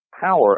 power